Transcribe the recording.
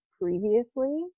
previously